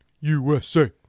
USA